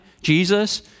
Jesus